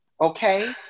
Okay